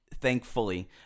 thankfully